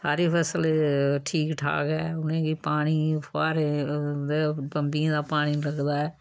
सारी फसल ठीक ठाक ऐ उ'नें ई बी पानी फुहारे दे बम्बियें दा पानी लगदा ऐ